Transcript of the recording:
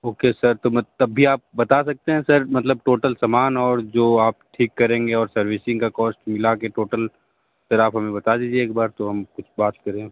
okay sir तो मतलब तभी आप बता सकते हैं सर मतलब टोटल सामान और जो आप ठीक करेंगे और सर्विसिंग का कॉस्ट मिला के टोटल सर आप हमें बता दीजिए एक बार तो हम कुछ बात करें